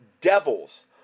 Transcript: devils